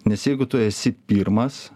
nes jeigu tu esi pirmas